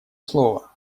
слово